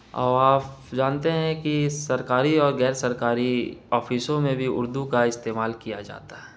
اور آپ جانتے ہیں کہ سرکاری اور غیر سرکاری آفیسوں میں بھی اردو کا استعمال کیا جاتا ہے